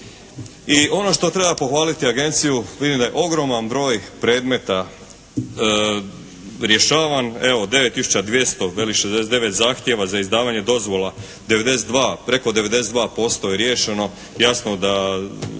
I ono što treba pohvaliti agenciju, vidim da je ogroman broj predmeta rješavan. Evo, 9 tisuća 200 veli 69 zahtjeva za izdavanje dozvola, preko 92% je riješeno. Jasno da